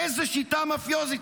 איזו שיטה מאפיוזית.